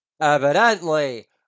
Evidently